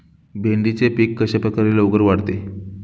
भेंडीचे पीक कशाप्रकारे लवकर वाढते?